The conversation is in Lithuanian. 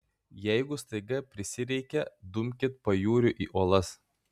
jeigu staiga prisireikia dumkit pajūriu į uolas